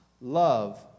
love